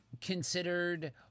considered